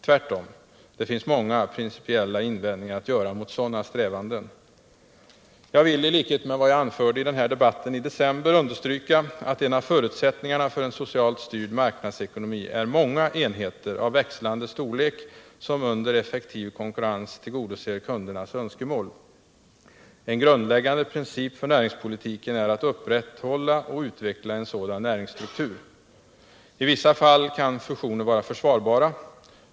Tvärtom — det finns många principiella invändningar att göra mot sådana strävanden. Jag vill, i likhet med vad jag anförde i debatten i december, understryka att en av förutsättningarna för en socialt styrd marknadsekonomi är många enheter av växlande storlek som under effektiv konkurrens tillgodoser kundernas önskemål. En grundläggande princip för näringspolitiken är att upprätthålla och utveckla en sådan här näringsstruktur. I vissa fall kan fusioner vara försvarbara.